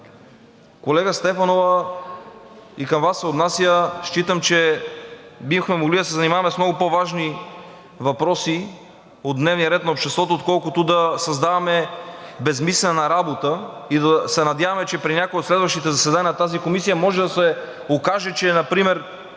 Колега Стефанова, и за Вас се отнася. Считам, че бихме могли да се занимаваме с много по-важни въпроси от дневния ред на обществото, отколкото да създаваме безсмислена работа и да се надяваме, че при някои от следващите заседания на тази комисия може да се окаже, че например